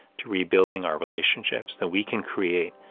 to rebuilding our relationships, that we can create,